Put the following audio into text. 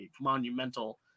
monumental